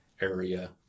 area